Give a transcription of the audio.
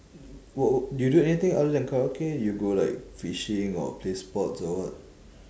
wha~ wha~ do you do anything other than karaoke you go like fishing or play sports or what